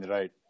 Right